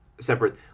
separate